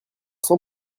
sans